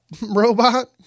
robot